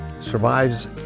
survives